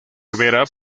ribera